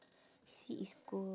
C is cool